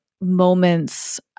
moments